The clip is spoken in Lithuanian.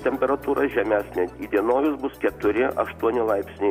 temperatūra žemesnė įdienojus bus keturi aštuoni laipsniai